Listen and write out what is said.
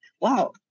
wow